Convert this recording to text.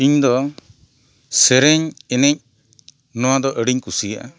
ᱤᱧ ᱫᱚ ᱥᱮᱨᱮᱧ ᱮᱱᱮᱡ ᱱᱚᱣᱟ ᱫᱚ ᱟᱰᱤᱧ ᱠᱩᱥᱤᱭᱟᱜᱼᱟ